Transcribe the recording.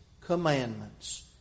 commandments